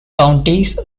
counties